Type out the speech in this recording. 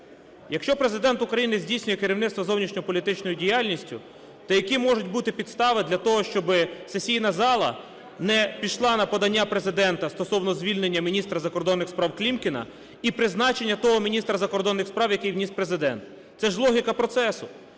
Якщо Президент України здійснює керівництво зовнішньополітичною діяльністю, то які можуть бути підстави для того, щоби сесійна зала не пішла на подання Президента стосовно звільнення міністра закордонних справ Клімкіна і призначення того міністра закордонних справ, який вніс Президент? Це ж логіка процесу.